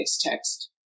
text